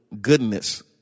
Goodness